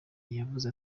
yavuze